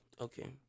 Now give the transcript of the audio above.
Okay